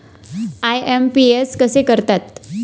IMPS कसे करतात?